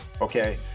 okay